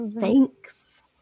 thanks